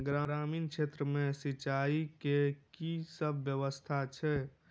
ग्रामीण क्षेत्र मे सिंचाई केँ की सब व्यवस्था छै?